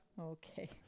Okay